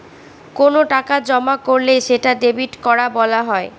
কোনো টাকা জমা করলে সেটা ডেবিট করা বলা হয়